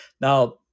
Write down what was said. Now